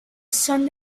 son